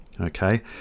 okay